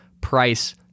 price